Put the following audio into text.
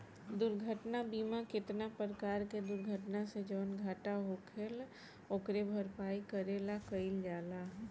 दुर्घटना बीमा केतना परकार के दुर्घटना से जवन घाटा होखेल ओकरे भरपाई करे ला कइल जाला